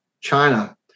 China